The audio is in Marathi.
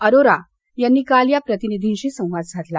अरोरा यांनी काल या प्रतिनिधींशी संवाद साधला